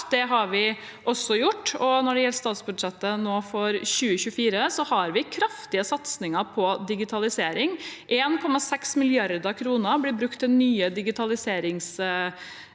Det har vi også gjort. Når det gjelder statsbudsjettet for 2024, har vi kraftige satsinger på digitalisering. Det blir brukt 1,6 mrd. kr til nye digitaliseringssatsinger